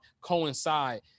coincide